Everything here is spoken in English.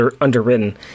underwritten